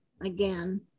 again